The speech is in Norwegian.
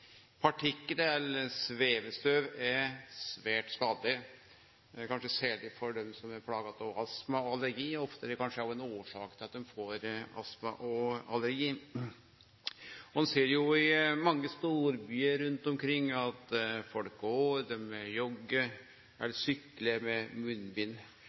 inn. Partiklar eller svevestøv er svært skadeleg, kanskje særleg for dei som er plaga av astma og allergi – ofte er det kanskje òg ein årsak til at ein får astma og allergi. Ein ser i mange storbyar rundt omkring at folk går, joggar eller syklar med munnbind.